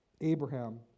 Abraham